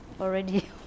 already